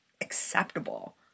acceptable